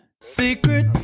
Secret